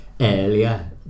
earlier